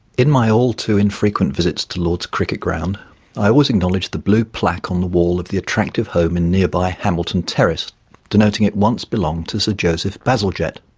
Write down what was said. in my all too infrequent visits to lords cricket ground i always acknowledge the blue plaque on the wall of the attractive home in nearby hamilton terrace denoting it once belonged to sir joseph bazalgette.